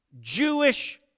Jewish